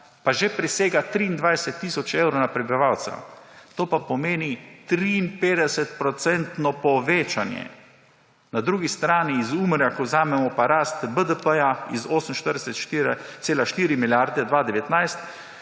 pa že presega 23 tisoč evrov na prebivalca. To pa pomeni 53-procentno povečanje. Na drugi strani iz Umarja, ko vzamemo pa rast BDP, s 48,4 milijarde 2019